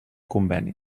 conveni